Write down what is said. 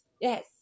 yes